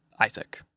Isaac